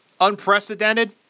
unprecedented